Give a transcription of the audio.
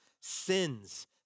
sins